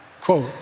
Quote